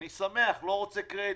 אני שמח, לא רוצה קרדיט,